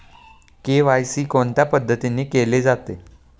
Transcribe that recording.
KYC कोणत्या पद्धतीने केले जाते?